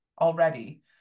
already